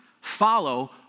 follow